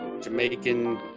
Jamaican